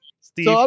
Steve